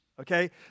Okay